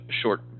short